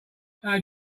how